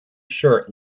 shirt